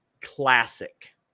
classic